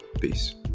Peace